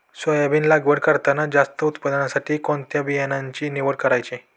Soybean लागवड करताना जास्त उत्पादनासाठी कोणत्या बियाण्याची निवड करायची?